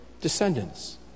descendants